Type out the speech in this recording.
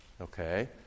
okay